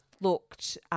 looked –